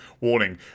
warning